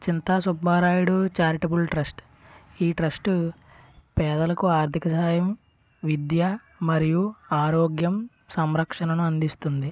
చింతా Subbarayudu charitable trust ఈ trust పేదలకు ఆర్ధిక సహాయం విద్య మరియు ఆరోగ్యం సంరక్షణను అందిస్తుంది